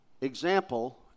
example